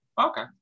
Okay